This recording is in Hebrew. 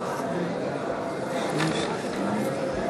רבותי,